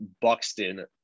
Buxton